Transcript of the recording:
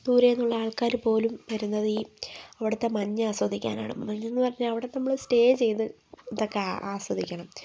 ദൂരെ നിന്നുള്ള ആൾക്കാര് പോലും വരുന്നത് ഈ അവിടത്തെ മഞ്ഞ് ആസ്വദിക്കാനാണ് മഞ്ഞെന്നു പറഞ്ഞാല് അവിടെ നമ്മള് സ്റ്റേ ചെയ്ത് ഇതൊക്കെ ആസ്വദിക്കണം